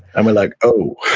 and we're like, oh.